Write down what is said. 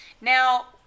Now